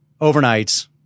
overnights